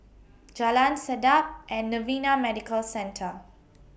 Jalan Sedap and Novena Medical Centre